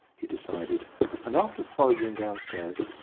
he decided and after foraging downstairs,